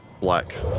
black